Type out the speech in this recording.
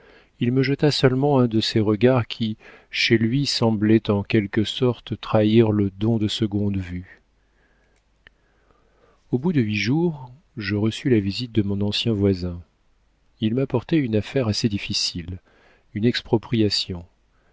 il me jeta seulement un de ces regards qui chez lui semblaient en quelque sorte trahir le don de seconde vue au bout de huit jours je reçus la visite de mon ancien voisin il m'apportait une affaire assez difficile une expropriation